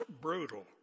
brutal